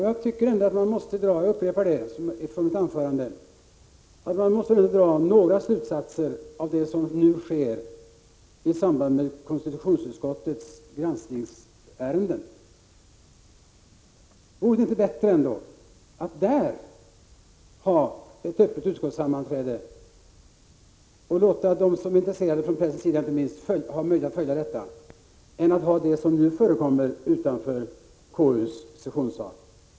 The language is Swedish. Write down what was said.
Jag vill upprepa det som jag sade i mitt huvudanförande: Man måste dra några slutsater av det som nu sker i samband med konstitutionsutskottets granskningsärenden. Vore det inte bättre att där ha ett öppet utskottssammanträde och låta dem som är intresserade, inte minst pressen, ha möjlighet att följa detta, än att ha det som nu förekommer utanför KU:s sessionssal?